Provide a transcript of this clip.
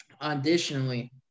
Additionally